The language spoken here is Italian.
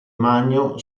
magno